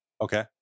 Okay